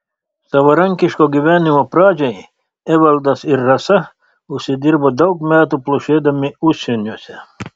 savarankiško gyvenimo pradžiai evaldas ir rasa užsidirbo daug metų plušėdami užsieniuose